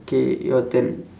K your turn